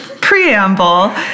preamble